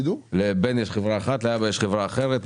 לבן יש חברה אחת ולאבא יש חברה אחרת.